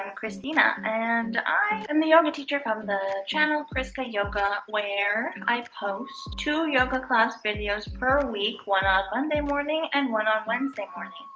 um cristina and i am the yoga teacher from the channel, chriskayoga where i post two yoga class videos per week one on monday morning and one on wednesday morning.